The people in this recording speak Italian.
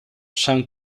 san